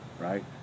Right